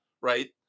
right